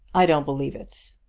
i don't believe it.